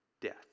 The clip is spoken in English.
death